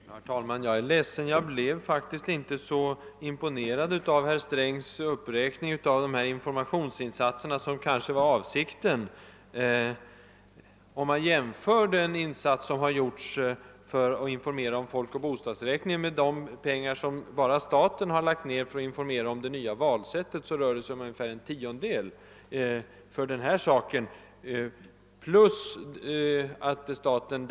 Herr talman! Jag är ledsen, men jag blev faktiskt inte så imponerad av herr Strängs uppräkning av de gjorda informationsinsatserna som kanske var avsikten. Om man jämför de medel som anslogs för att informera om folkoch bostadsräkningen med vad statsmakter na lade ned på upplysning i massmedia om det nya valsättet finner man, att de förra bara uppgår till en tiondel av de senare.